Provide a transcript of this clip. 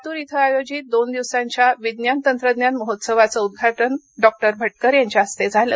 लातूर इथं आयोजित दोन दिवसाच्या विज्ञान तंत्रज्ञान महोत्सवाचं उद्घाटन डॉ भटकर यांच्या हस्ते झाल